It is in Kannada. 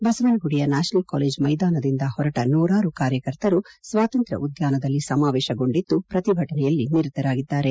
ಬಸವನಗುದಿ ನ್ಯಾಷನಲ್ ಕಾಲೇಜು ಮೈದಾನದಿಂದ ಹೊರಟ ನೂರಾರು ಕಾರ್ಯಕರ್ತರು ಸ್ವಾತಂತ್ರ್ನ ಉದ್ಯಾನದಲ್ಲಿ ಸಮಾವೇಶಗೊಂಡಿದ್ದು ಪ್ರತಿಭಟನೆಯಲ್ಲಿ ನಿರತವಾಗಿವೆ